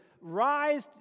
rise